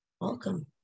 welcome